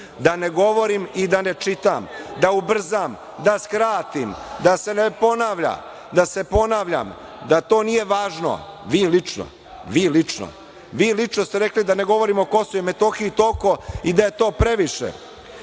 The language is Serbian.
da ne govorim i da ne čitam, da ubrzam, da skratim, da se ne ponavljam, da se ponavljam, da to nije važno, vi lično. Vi lično. Vi lično ste rekli da ne govorim o Kosovu i Metohiji toliko i da je to previše.